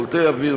קולטי אוויר,